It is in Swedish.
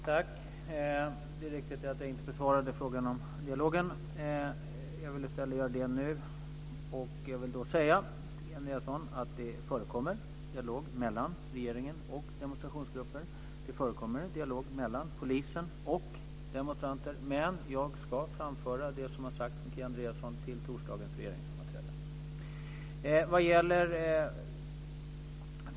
Fru talman! Det är riktigt att jag inte besvarade frågan om dialogen. Jag vill i stället göra det nu. Jag vill då säga till Kia Andreasson att det förekommer dialog mellan regeringen och demonstrationsgrupper. Det förekommer dialog mellan polisen och demonstranter, men jag ska framföra det som Kia Andreasson har sagt på torsdagens regeringssammanträde.